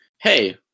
hey